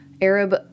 Arab